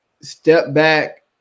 step-back